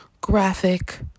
graphic